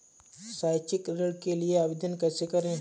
शैक्षिक ऋण के लिए आवेदन कैसे करें?